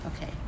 Okay